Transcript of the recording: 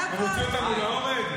ואטורי, אתה מוציא אותנו להורג?